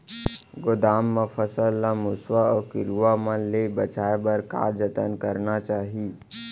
गोदाम मा फसल ला मुसवा अऊ कीरवा मन ले बचाये बर का जतन करना चाही?